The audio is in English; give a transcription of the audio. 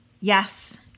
Yes